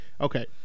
okay